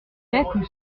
sept